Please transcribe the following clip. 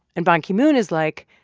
and ban ki-moon is like,